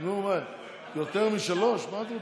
יותר משלוש, מה את רוצה?